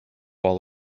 all